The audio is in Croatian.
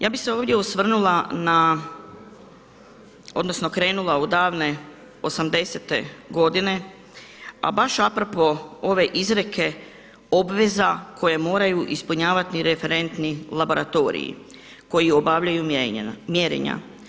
Ja bih se ovdje osvrnula na, odnosno krenula od davne osamdesete godine, a baš a propos ove izreke obveza koje moraju ispunjavati referentni laboratoriji koji obavljaju mjerenja.